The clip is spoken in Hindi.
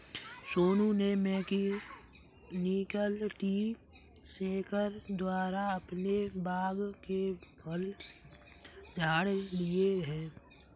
सोनू ने मैकेनिकल ट्री शेकर द्वारा अपने बाग के फल झाड़ लिए है